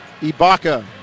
Ibaka